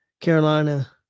Carolina